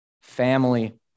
family